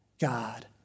God